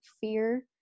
fear